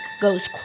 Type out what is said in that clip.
goes